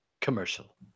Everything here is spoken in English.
Commercial